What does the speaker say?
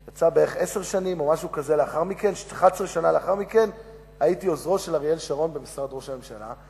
11 שנה לאחר מכן הייתי עוזרו של אריאל שרון במשרד ראש הממשלה,